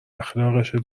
اخلاقشه